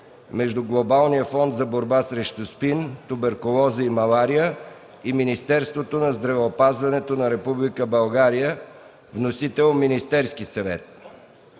между Глобалния фонд за борба срещу СПИН, туберкулоза и малария и Министерството на здравеопазването на Република България. Вносител – Министерският съвет.